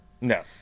No